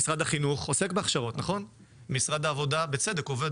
משרד החינוך עוסק בהכשרות; משרד העבודה עובד